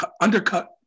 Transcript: undercut